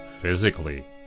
physically